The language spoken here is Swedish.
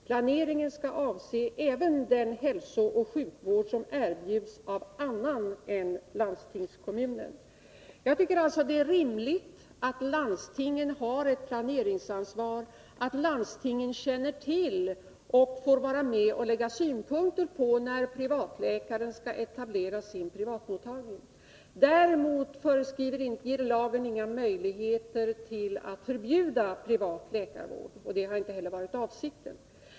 Planeringen skall avse även den hälsooch sjukvård som erbjuds av annan än landstingskommunen.” Jag tycker att det är rimligt att landstingen har ett planeringsansvar, att landstingen känner till och får vara med och lägga synpunkter när privatläkaren skall etablera sin privatmottagning. Däremot ger lagen inga möjligheter till att förbjuda privatläkarvård, och det har inte heller varit avsikten.